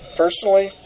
personally